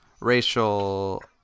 racial